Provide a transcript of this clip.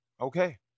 Okay